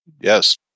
Yes